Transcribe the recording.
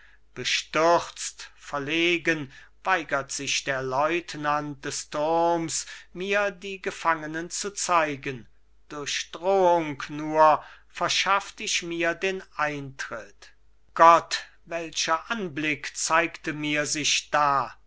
bestürzt verlegen weigert sich der leutnant des turms mir die gefangenen zu zeigen durch drohung nur verschafft ich mir den eintritt gott welcher anblick zeigte mir sich da